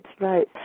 right